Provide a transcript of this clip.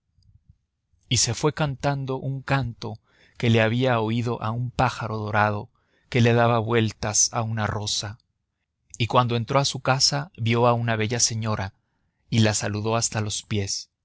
y se fue cantando un canto que le había oído a un pájaro dorado que le daba vueltas a una rosa y cuando entró a su casa vio a una bella señora y la saludó hasta los pies